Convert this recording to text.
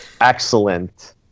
excellent